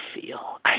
feel